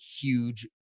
huge